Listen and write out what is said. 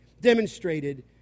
demonstrated